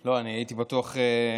לא הייתי בטוח.